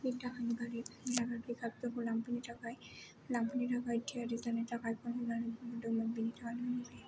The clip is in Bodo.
बिनि थाखायनो गारि बिहरना पिकआप जोंखौ लांफैनो थाखाय थियारि जानो थाखाय फन खालामनानै बुंहरदोंमोन